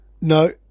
No